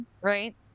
right